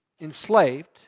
enslaved